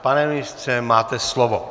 Pane ministře, máte slovo.